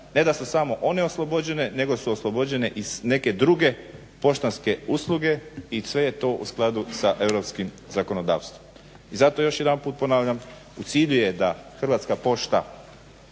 ne da su samo one oslobođene, nego su oslobođene i neke druge poštanske usluge i sve je to u skladu sa europskim zakonodavstvom. I zato još jedanput ponavljam u cilju je da Hrvatska pošta